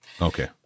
Okay